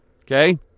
Okay